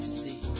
see